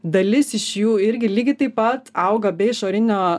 dalis iš jų irgi lygiai taip pat auga be išorinio